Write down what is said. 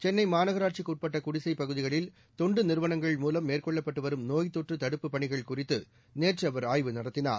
சென்னை மாநகராட்சிக்கு உட்பட்ட குடிசைப் பகுதிகளில் தொண்டு நிறுவனங்கள் மூலம் மேற்கொள்ளப்பட்டு வரும் நோய்த்தொற்று தடுப்புப் பணிகள் குறித்து நேற்று அவர் ஆய்வு நடத்தினார்